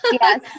Yes